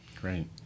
Great